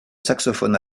saxophone